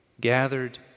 gathered